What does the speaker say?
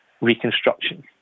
reconstruction